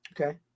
Okay